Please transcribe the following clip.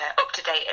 up-to-date